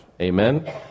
Amen